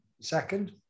Second